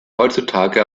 heutzutage